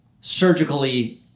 surgically